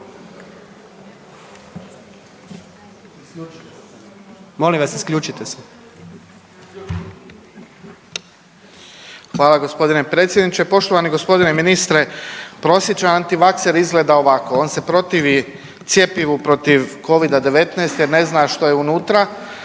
Hvala g. predsjedniče. Poštovani g. ministre. Prosječan antivakser izgleda ovako, on se protivi cjepivu protiv Covida-19 jer ne zna što je unutra,